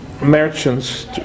merchants